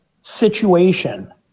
situation